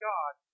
God